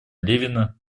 левина